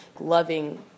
loving